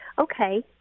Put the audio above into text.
Okay